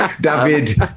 David